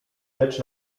rzecz